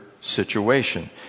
situation